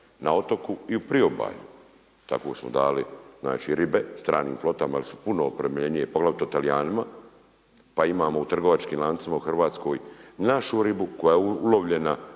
na otoku i u priobalju, tako smo dali ribe stranim flotama jel su puno opremljenije poglavito Talijanima, pa imamo u trgovačkim lancima u Hrvatskoj našu ribu koja je ulovljena